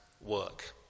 work